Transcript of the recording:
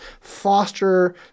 foster